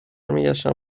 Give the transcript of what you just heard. میگشتم